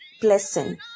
blessing